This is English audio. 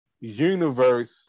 universe